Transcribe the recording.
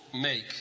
make